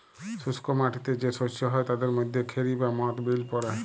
শুস্ক মাটিতে যে শস্য হ্যয় তাদের মধ্যে খেরি বা মথ বিল পড়ে